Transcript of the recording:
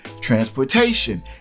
transportation